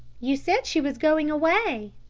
you said she was going away,